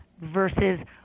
versus